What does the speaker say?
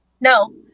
No